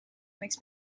makes